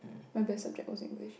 my best subject was English